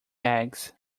eggs